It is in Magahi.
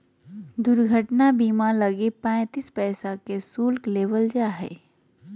दुर्घटना बीमा लगी पैंतीस पैसा के शुल्क लेबल जा हइ